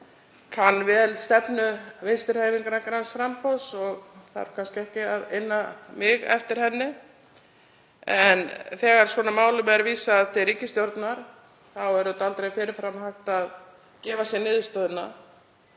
kann vel stefnu Vinstrihreyfingarinnar – græns framboðs og þarf kannski ekki að inna mig eftir henni. En þegar svona málum er vísað til ríkisstjórnar er aldrei hægt að gefa sér niðurstöðuna